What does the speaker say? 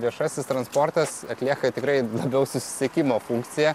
viešasis transportas atlieka tikrai labiau susisiekimo funkciją